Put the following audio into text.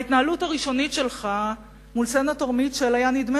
בהתנהלות הראשונית שלך מול סנטור מיטשל היה נדמה